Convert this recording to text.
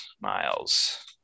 miles